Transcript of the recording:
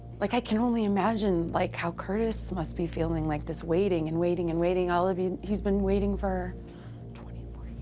like, i can only imagine, like, how curtis must be feeling. like, this waiting and waiting and waiting, all of you know he's been waiting for twenty